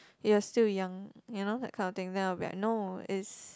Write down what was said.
you're still young you know that kind of thing then I'll be like no is